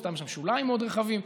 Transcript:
יש שם שוליים מאוד רחבים,